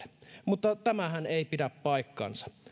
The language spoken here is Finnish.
mutta tämähän ei pidä paikkaansa